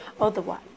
otherwise